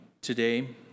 Today